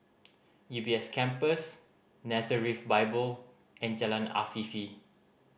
U B S Campus Nazareth Bible and Jalan Afifi